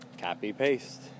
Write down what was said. copy-paste